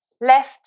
left